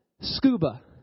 Scuba